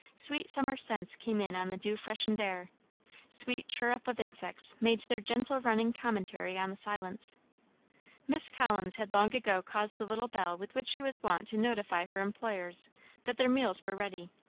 sweet summer scents came in on the dew-freshened air sweet chirrup of insects made their gentle running commentary on the silence miss collins had long ago caused the little bell with which she was wont to notify her employers that their meals were ready,